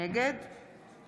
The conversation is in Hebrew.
נגד